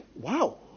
Wow